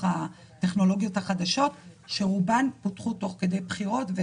הטכנולוגיות החדשות שרובן פותחו תוך כדי בחירות.